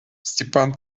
степан